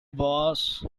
boss